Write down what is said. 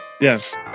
Yes